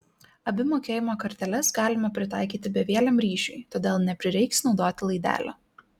abi mokėjimo korteles galima pritaikyti bevieliam ryšiui todėl neprireiks naudoti laidelio